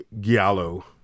Giallo